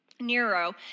Nero